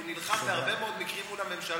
הוא נלחם בהרבה מאוד מקרים מול הממשלה,